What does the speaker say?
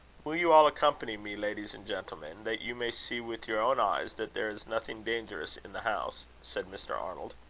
will you all accompany me, ladies and gentlemen, that you may see with your own eyes that there is nothing dangerous in the house? said mr. arnold.